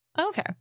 Okay